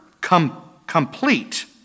complete